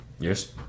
Yes